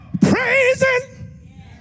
praising